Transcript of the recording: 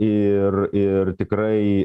ir ir tikrai